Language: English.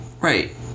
Right